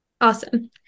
Awesome